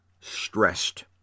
stressed